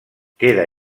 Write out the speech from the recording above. queda